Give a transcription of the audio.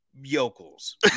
yokels